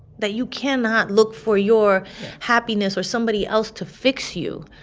that you cannot look for your happiness or somebody else to fix you,